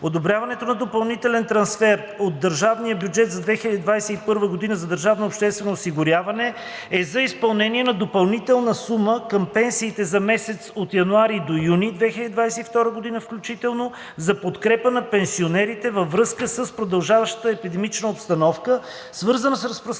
Одобряването на допълнителен трансфер от държавния бюджет за 2021 г. за държавното обществено осигуряване е за изплащане на допълнителна сума към пенсиите за месеците от януари до юни 2022 г. включително за подкрепа на пенсионерите във връзка с продължаващата епидемична обстановка, свързана с разпространението